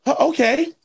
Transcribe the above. Okay